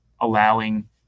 allowing